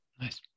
Nice